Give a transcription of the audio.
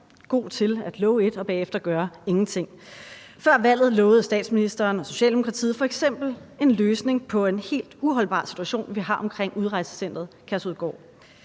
god til at love et og bagefter gøre ingenting. Før valget lovede statsministeren og Socialdemokratiet f.eks. en løsning på en helt uholdbar situation, vi har i forbindelse med udrejsecenteret Kærshovedgård.